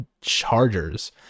Chargers